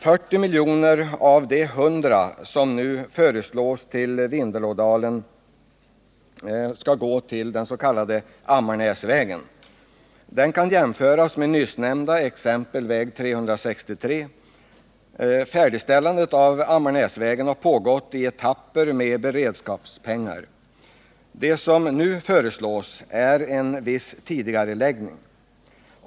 Av det anslag på 100 milj.kr. som nu föreslås till Vindelådalen skall 40 milj.kr. gå till upprustning av den s.k. Ammarnäsvägen. Denna kan på visst sätt jämföras med väg 363, som jag nyss talade om. Färdigställandet av Ammarnäsvägen har pågått i etapper med beredskapspengar. Det som nu föreslås är en viss tidigareläggning.